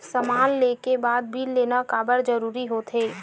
समान ले के बाद बिल लेना काबर जरूरी होथे?